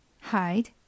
hide